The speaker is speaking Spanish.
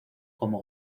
como